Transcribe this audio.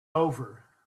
over